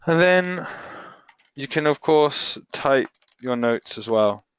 ah then you can, of course, type your notes as well.